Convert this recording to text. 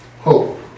hope